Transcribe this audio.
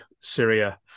Syria